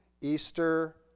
Easter